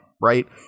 right